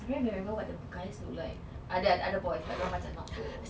maybe I don't even know what the guys look like ada ada boys but dia orang macam not so